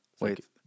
Wait